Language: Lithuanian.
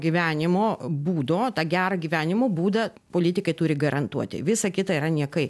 gyvenimo būdo tą gerą gyvenimo būdą politikai turi garantuoti visa kita yra niekai